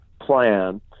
plan